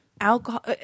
alcohol